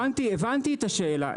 הבנתי את השאלה,